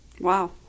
Wow